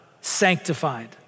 sanctified